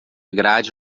grade